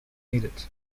needed